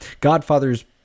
Godfather's